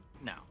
no